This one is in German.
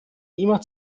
immer